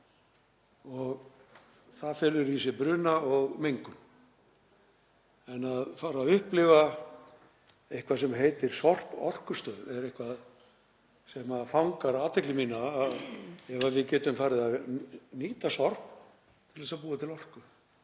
og það felur í sér bruna og mengun en að fara að upplifa eitthvað sem heitir sorporkustöð er eitthvað sem fangar athygli mína, að við getum farið að nýta sorp til þess að búa til orku